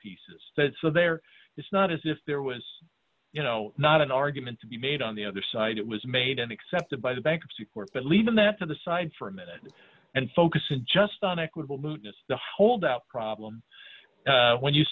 pieces that so there it's not as if there was you know not an argument to be made on the other side it was made and accepted by the bankruptcy court but leaving that to the side for a minute and focusing just on equitable muteness the holdout problem when you